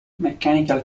mechanical